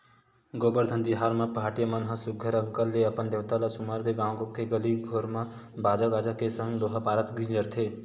गोबरधन तिहार म पहाटिया मन ह सुग्घर अंकन ले अपन देवता ल सुमर के गाँव के गली घोर म बाजा गाजा के संग दोहा पारत गिंजरथे